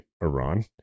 Iran